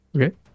Okay